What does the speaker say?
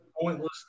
pointless